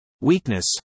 weakness